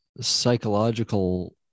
psychological